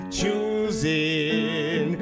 choosing